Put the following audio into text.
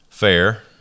fair